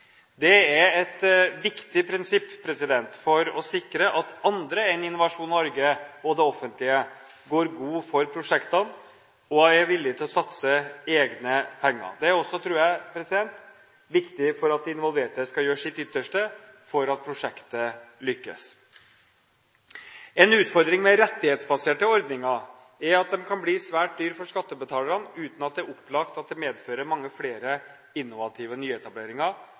Det er et viktig prinsipp for å sikre at andre enn Innovasjon Norge og det offentlige går god for prosjektene og er villige til å satse egne penger. Jeg tror også det er viktig for at de involverte skal gjøre sitt ytterste for at prosjektet lykkes. En utfordring med rettighetsbaserte ordninger, er at de kan bli svært dyre for skattebetalerne, uten at det er opplagt at det medfører mange flere innovative nyetableringer